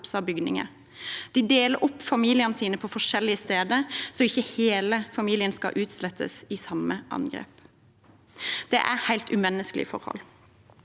De deler opp familiene sine og plasserer seg på forskjellige steder, slik at ikke hele familier skal utslettes i samme angrep. Det er helt umenneskelige forhold.